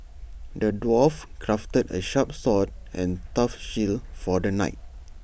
the dwarf crafted A sharp sword and tough shield for the knight